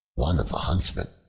one of the huntsmen,